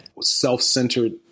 self-centered